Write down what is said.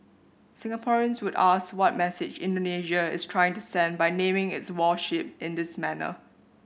Singaporeans would ask what message Indonesia is trying to send by naming its warship in this manner